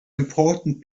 important